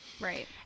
Right